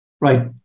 right